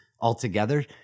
Altogether